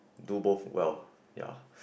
do both well ya